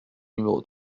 numéro